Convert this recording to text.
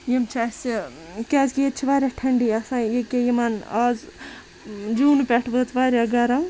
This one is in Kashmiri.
یِم چھِ اَسہِ کیاز کہِ ییٚتہِ چھِ واریاہ ٹھَنڈی آسان ییٚکیاہ یِمَن آز جوٗنہٕ پٮ۪ٹھٕ وٲژ واریاہ گَرَم